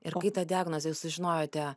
ir kai tą diagnozę jūs sužinojote